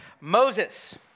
Moses